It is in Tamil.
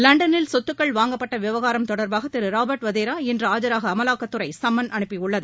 லண்டனில் சொத்துக்கள் வாங்கப்பட்ட விவகாரம் தொடர்பாக திரு ராபர்ட் வதோ இன்று ஆஜாக அமலாக்கத்துறை சம்மன் அனுப்பியுள்ளது